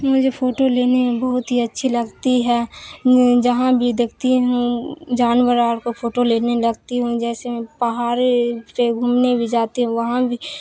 مجھے فوٹو لینے میں بہت ہی اچھی لگتی ہے جہاں بھی دیکھتی ہوں جانور آر کو فوٹو لینے لگتی ہوں جیسے میں پہاڑ پہ گھومنے بھی جاتی ہوں وہاں بھی